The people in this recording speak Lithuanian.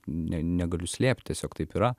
ne negaliu slėpt tiesiog taip yra